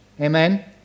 amen